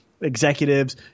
executives